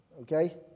Okay